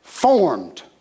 Formed